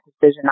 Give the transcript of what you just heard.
decision